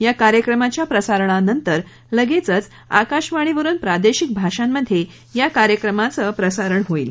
या कार्यक्रमाच्या प्रसारणानंतर लगेच आकाशवाणीवरुन प्रादेशिक भाषांमध्ये या कार्यक्रमाचं प्रसारण होईल